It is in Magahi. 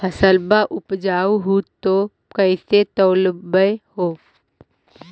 फसलबा उपजाऊ हू तो कैसे तौउलब हो?